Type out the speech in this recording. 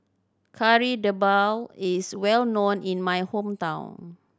Kari Debal is well known in my hometown